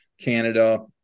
Canada